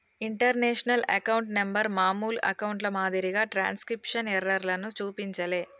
international account number మామూలు అకౌంట్ల మాదిరిగా ట్రాన్స్క్రిప్షన్ ఎర్రర్లను చూపించలే